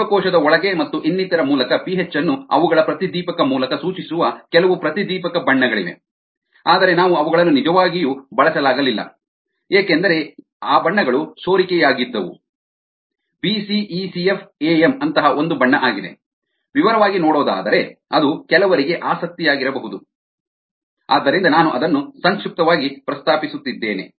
ಜೀವಕೋಶದ ಒಳಗೆ ಮತ್ತು ಇನ್ನಿತರ ಮೂಲಕ ಪಿಹೆಚ್ ಅನ್ನು ಅವುಗಳ ಪ್ರತಿದೀಪಕ ಮೂಲಕ ಸೂಚಿಸುವ ಕೆಲವು ಪ್ರತಿದೀಪಕ ಬಣ್ಣಗಳಿವೆ ಆದರೆ ನಾವು ಅವುಗಳನ್ನು ನಿಜವಾಗಿಯೂ ಬಳಸಲಾಗಲಿಲ್ಲ ಏಕೆಂದರೆ ಆ ಬಣ್ಣಗಳು ಸೋರಿಕೆಯಾಗಿದ್ದವು BCECF AM ಅಂತಹ ಒಂದು ಬಣ್ಣ ಆಗಿದೆ ವಿವರವಾಗಿ ನೋಡೋದಾದ್ರೆ ಅದು ಕೆಲವರಿಗೆ ಆಸಕ್ತಿಯಾಗಿರಬಹುದು ಆದ್ದರಿಂದಲೇ ನಾನು ಅದನ್ನು ಸಂಕ್ಷಿಪ್ತವಾಗಿ ಪ್ರಸ್ತಾಪಿಸುತ್ತಿದ್ದೇನೆ